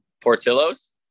Portillo's